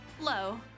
Low